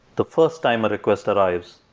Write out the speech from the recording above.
the first time a request arrives,